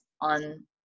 on